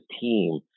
team